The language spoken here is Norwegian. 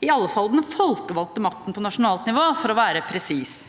Det gjelder i alle fall den folkevalgte makten på nasjonalt nivå, for å være presis.